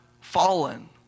fallen